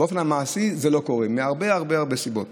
מעשית זה לא קורה, מהרבה סיבות.